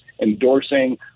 endorsing